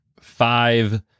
five